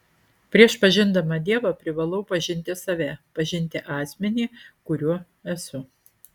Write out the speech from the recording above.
prieš pažindama dievą privalau pažinti save pažinti asmenį kuriuo esu